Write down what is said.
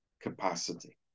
capacity